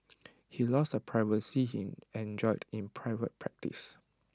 he loses the privacy he enjoyed in private practice